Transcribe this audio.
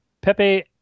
Pepe